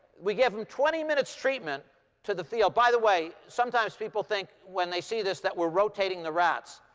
we give them twenty minutes treatment to the the by the way, sometimes people think, when they see this, that we're rotating the rats.